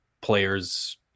players